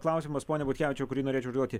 klausimas pone butkevičiau kurį norėčiau užduoti